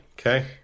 Okay